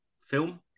film